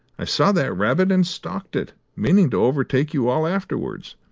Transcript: i saw that rabbit and stalked it, meaning to overtake you all afterwards.